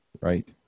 Right